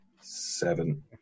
seven